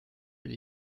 will